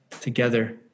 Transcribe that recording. together